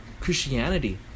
Christianity